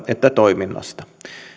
että toiminnasta